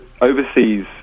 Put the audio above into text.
overseas